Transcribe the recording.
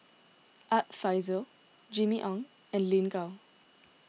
Art Fazil Jimmy Ong and Lin Gao